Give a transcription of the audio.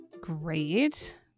Great